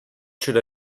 should